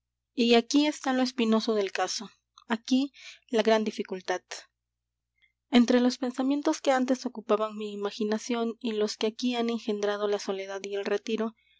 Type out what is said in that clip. y aquí está lo espinoso del caso aquí la gran dificultad entre los pensamientos que antes ocupaban mi imaginación y los que aquí han engendrado la soledad y el retiro